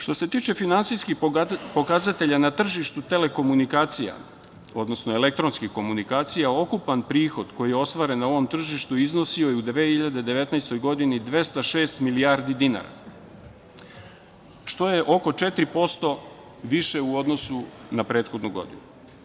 Što se tiče finansijskih pokazatelja na tržištu telekomunikacija, odnosno elektronskih komunikacija, ukupan prihod koji je ostvaren na ovom tržištu iznosio je u 2019. godini 206 milijardi dinara, što je oko 4% više u odnosu na prethodnu godinu.